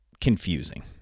confusing